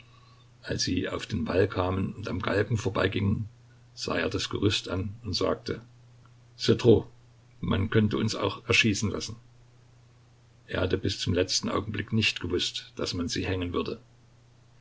als sie auf den wall kamen und am galgen vorbeigingen sah er das gerüst an und sagte c'est trop man könnte uns auch erschießen lassen er hatte bis zum letzten augenblick nicht gewußt daß man sie hängen würde